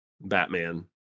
Batman